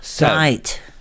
Right